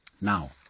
Now